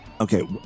Okay